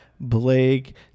Blake